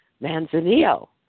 Manzanillo